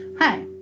hi